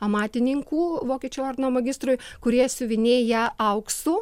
amatininkų vokiečių ordino magistrui kurie siuvinėja auksu